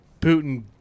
Putin